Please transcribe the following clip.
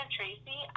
Tracy